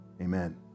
amen